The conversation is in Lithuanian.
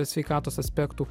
sveikatos aspektų